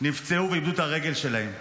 שנפצעו ואיבדו את הרגל שלהם,